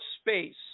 space